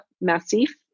Massif